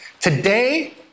Today